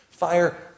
Fire